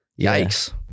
Yikes